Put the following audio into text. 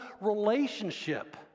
relationship